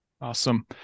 Awesome